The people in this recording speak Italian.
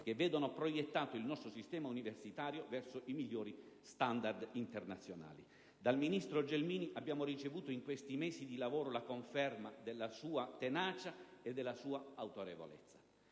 che vedono proiettato il nostro sistema universitario verso i migliori standard internazionali. Dal ministro Gelmini abbiamo ricevuto in questi mesi di lavoro la conferma della sua tenacia e della sua autorevolezza.